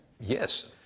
Yes